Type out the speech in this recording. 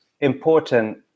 important